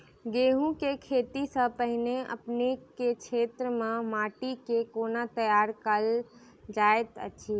गेंहूँ केँ खेती सँ पहिने अपनेक केँ क्षेत्र मे माटि केँ कोना तैयार काल जाइत अछि?